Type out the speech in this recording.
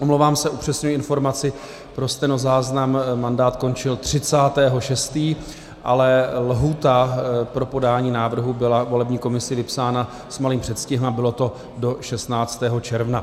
Omlouvám se, upřesňuji informaci pro stenozáznam, mandát končil 30. 6., ale lhůta pro podání návrhů byla volební komisí vypsána s malým předstihem, bylo to do 16. června.